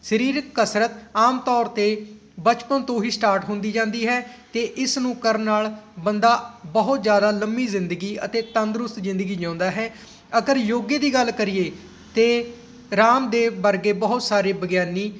ਸਰੀਰਕ ਕਸਰਤ ਆਮ ਤੌਰ 'ਤੇ ਬਚਪਨ ਤੋਂ ਹੀ ਸਟਾਰਟ ਹੁੰਦੀ ਜਾਂਦੀ ਹੈ ਅਤੇ ਇਸ ਨੂੰ ਕਰਨ ਨਾਲ ਬੰਦਾ ਬਹੁਤ ਜ਼ਿਆਦਾ ਲੰਮੀ ਜ਼ਿੰਦਗੀ ਅਤੇ ਤੰਦਰੁਸਤ ਜ਼ਿੰਦਗੀ ਜਿਉਂਦਾ ਹੈ ਅਗਰ ਯੋਗੇ ਦੀ ਗੱਲ ਕਰੀਏ ਅਤੇ ਰਾਮਦੇਵ ਵਰਗੇ ਬਹੁਤ ਸਾਰੇ ਵਿਗਿਆਨੀ